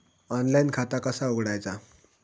Online खाता कसा उघडायचा?